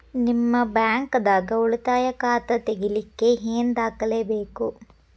ನಿಮ್ಮ ಬ್ಯಾಂಕ್ ದಾಗ್ ಉಳಿತಾಯ ಖಾತಾ ತೆಗಿಲಿಕ್ಕೆ ಏನ್ ದಾಖಲೆ ಬೇಕು?